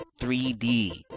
3D